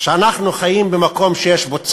שאנחנו חיים במקום שיש בו צדק.